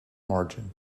margin